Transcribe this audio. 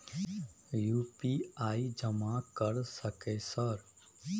UPI जमा कर सके सर?